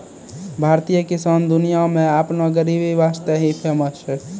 भारतीय किसान दुनिया मॅ आपनो गरीबी वास्तॅ ही फेमस छै